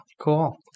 Cool